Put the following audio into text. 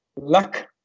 luck